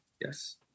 Yes